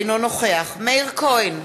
אינו נוכח מאיר כהן,